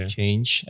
change